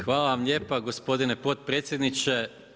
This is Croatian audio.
Hvala vam lijepa gospodine potpredsjedniče.